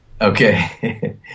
Okay